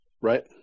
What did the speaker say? Right